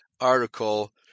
article